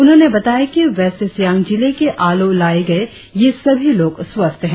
उन्होने बताया कि वेस्ट सियांग जिले के आलो लाये गए ये सभी लोग स्वस्थ हैं